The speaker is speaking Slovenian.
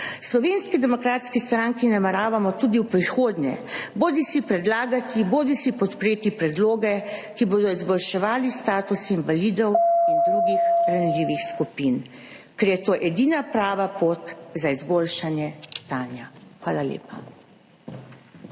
Slovenski demokratski stranki nameravamo tudi v prihodnje bodisi predlagati bodisi podpreti predloge, ki bodo izboljševali status invalidov in drugih ranljivih skupin, ker je to edina prava pot za izboljšanje stanja. Hvala lepa.